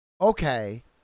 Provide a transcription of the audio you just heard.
Okay